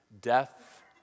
death